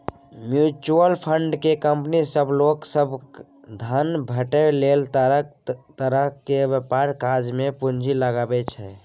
mutual fund केँ company सब लोक सभक धन बढ़ाबै लेल तरह तरह के व्यापारक काज मे पूंजी लगाबै छै